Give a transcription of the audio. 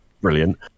brilliant